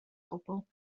gwbl